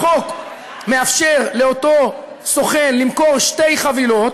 החוק מאפשר לאותו סוכן למכור שתי חבילות.